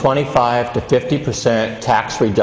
twenty five to fifty percent tax re